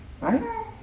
right